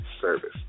service